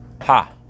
Ha